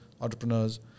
entrepreneurs